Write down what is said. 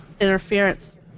interference